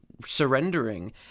surrendering